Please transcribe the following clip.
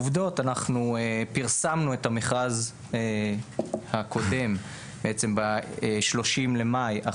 פרסמנו את המכרז הקודם ב-30 במאי,